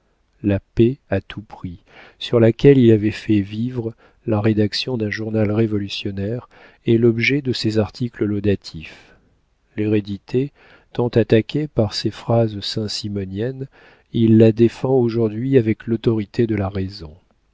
la paix à tout prix sur laquelle il avait fait vivre la rédaction d'un journal révolutionnaire est l'objet de ses articles laudatifs l'hérédité tant attaquée par ses phrases saint simoniennes il la défend aujourd'hui avec l'autorité de la raison